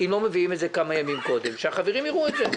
אם לא מביאים את זה כמה ימים קודם שהחברים יראו את זה.